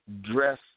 dress